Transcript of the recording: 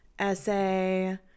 essay